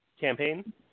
campaign